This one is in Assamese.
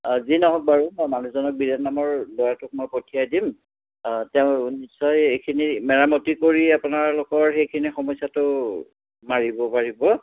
যি নহওক বাৰু মই মানুহজনক বিৰেণ নামৰ ল'ৰাটোক মই পঠিয়াই দিম তেওঁ নিশ্চয় এইখিনি মেৰামতি কৰি আপোনালোকৰ সেইখিনি সমস্যাটো মাৰিব পাৰিব